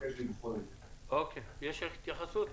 יש התייחסות?